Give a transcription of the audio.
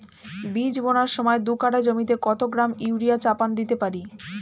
বীজ বোনার সময় দু কাঠা জমিতে কত গ্রাম ইউরিয়া চাপান দিতে পারি?